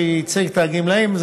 שייצג את הגמלאים,